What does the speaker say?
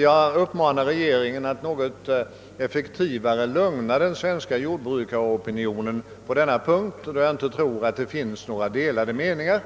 Jag uppmanar regeringen att något effektivare än hittills söka lugna den svenska jordbrukaropinionen på den punkten, där jag knappast tror att det finns några delade meningar.